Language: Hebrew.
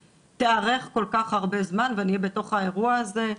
תיערך כל כך הרבה זמן ושנהיה בתוך האירוע הזה.